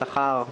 שכר,